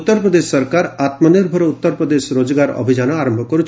ଉତ୍ତରପ୍ରଦେଶ ସରକାର ଆତ୍ମନିର୍ଭର ଉତ୍ତରପ୍ରଦେଶ ରୋଜଗାର ଅଭିଯାନ ଆରମ୍ଭ କରୁଛନ୍ତି